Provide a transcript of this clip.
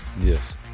Yes